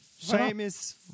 famous